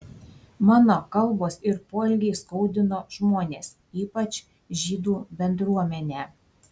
mano kalbos ir poelgiai skaudino žmones ypač žydų bendruomenę